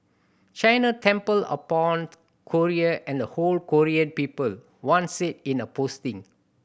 China trampled upon Korea and the whole Korean people one said in a posting